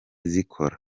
zikora